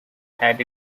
had